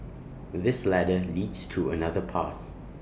this ladder leads to another path